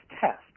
test